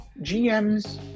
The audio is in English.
GMs